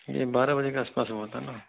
ये बारह बजे के आसपास हुआ था न